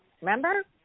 Remember